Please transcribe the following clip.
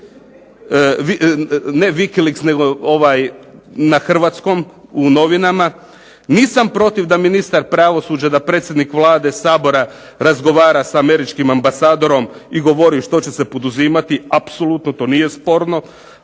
ne Vikiliks nego ovaj na hrvatskom u novinama. Nisam protiv da ministar pravosuđa, da predsjednik Vlade, Sabora razgovara sa američkim ambasadorom i govori što će se poduzimati. Apsolutno to nije sporno,